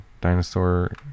Dinosaur